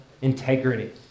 integrity